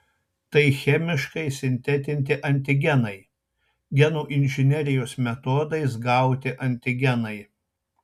tai chemiškai sintetinti antigenai genų inžinerijos metodais gauti antigenai